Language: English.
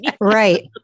Right